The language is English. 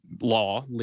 law